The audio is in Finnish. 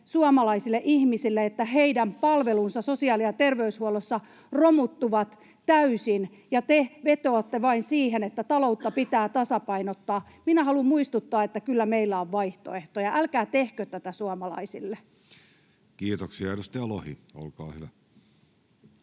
suomalaisille ihmisille, että heidän palvelunsa sosiaali- ja terveyshuollossa romuttuvat täysin. Te vetoatte vain siihen, että taloutta pitää tasapainottaa. Minä haluan muistuttaa, että kyllä meillä on vaihtoehtoja. Älkää tehkö tätä suomalaisille. Kiitoksia. — Edustaja Lohi, olkaa hyvä.